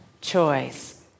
Choice